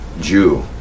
Jew